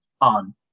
on